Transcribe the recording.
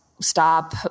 stop